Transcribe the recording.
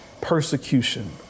persecution